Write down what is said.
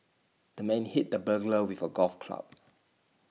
the man hit the burglar with A golf club